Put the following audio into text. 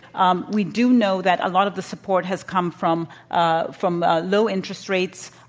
um we do know that a lot of the support has come from ah from low interest rates,